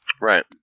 Right